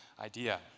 idea